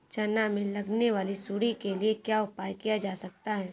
चना में लगने वाली सुंडी के लिए क्या उपाय किया जा सकता है?